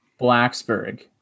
Blacksburg